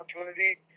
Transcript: opportunity